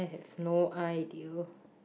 i have no idea